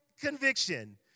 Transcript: conviction